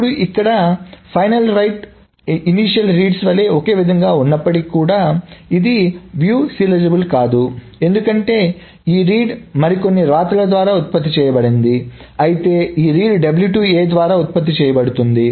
ఇప్పుడు ఇక్కడ తుది వ్రాతలు ప్రారంభ రీడ్స్ వలె ఒకే విధంగా ఉన్నప్పటికీ కూడా ఇది వీక్షణ సీరియలైజబుల్ కాదు ఎందుకంటే ఈ రీడ్ మరికొన్ని వ్రాత ల ద్వారా ఉత్పత్తి చేయబడింది అయితే ఈ రీడ్ ద్వారా ఉత్పత్తి చేయబడుతోంది